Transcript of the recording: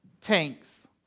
tanks